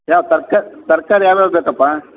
ಯಾವ ತರ್ಕ ತರಕಾರಿ ಯಾವ ಯಾವ ಬೇಕಪ್ಪಾ